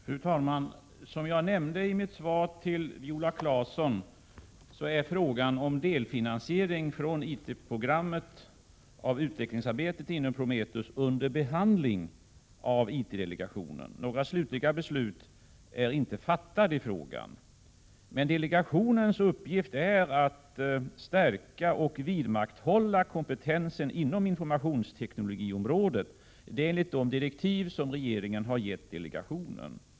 Fru talman! Som jag nämnde i mitt svar till Viola Claesson är frågan om delfinansiering från IT-programmet av utvecklingsarbetet inom Prometheus under behandling av IT 4-delegationen. Några slutliga beslut är inte fattade i frågan. Men delegationens uppgift är att stärka och vidmakthålla kompetensen inom informationsteknologiområdet. Det är i enlighet med de direktiv som regeringen har gett delegationen.